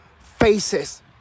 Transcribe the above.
faces